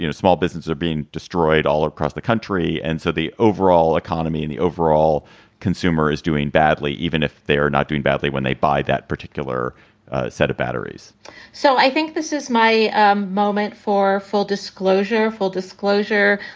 you know small businesses are being destroyed all across the country. and so the overall economy and the overall consumer is doing badly, even if they are not doing badly when they buy that particular set of batteries so i think this is my um moment for full disclosure. full disclosure,